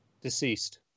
Deceased